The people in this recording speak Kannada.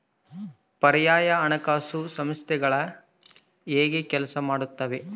ಪರ್ಯಾಯ ಹಣಕಾಸು ಸಂಸ್ಥೆಗಳು ಹೇಗೆ ಕೆಲಸ ಮಾಡುತ್ತವೆ?